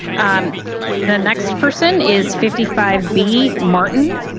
um the next person is fifty five b martin